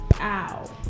Ow